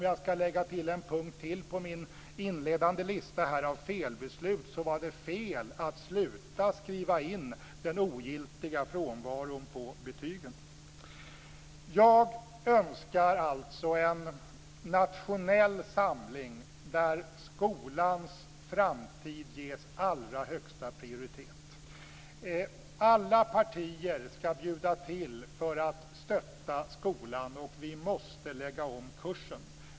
För att lägga till en punkt ytterligare på min inledande lista av felbeslut, så var det fel att sluta skriva in den ogiltiga frånvaron i betygen. Jag önskar alltså en nationell samling där skolans framtid ges allra högsta prioritet. Alla partier ska bjuda till för att stötta skolan. Och vi måste lägga om kursen.